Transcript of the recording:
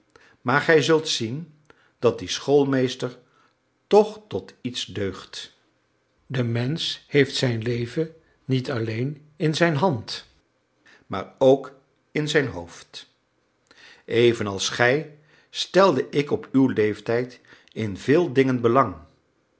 maar gij zult zien dat die schoolmeester toch tot iets deugt de mensch heeft zijn leven niet alleen in zijn hand maar ook in zijn hoofd evenals gij stelde ik op uw leeftijd in veel dingen belang